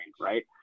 right